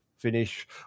Finish